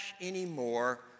anymore